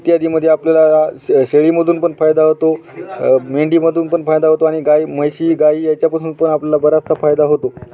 इत्यादीमध्ये आपल्याला शे शेळीमधून पण फायदा होतो मेंढीमधून पण फायदा होतो आणि गाई म्हैशी गाई याच्यापासून पण आपल्याला बराचसा फायदा होतो